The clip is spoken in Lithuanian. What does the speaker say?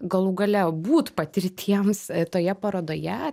galų gale būt patirtiems toje parodoje